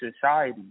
society